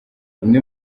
bimwe